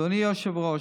אדוני היושב-ראש,